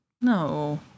No